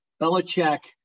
Belichick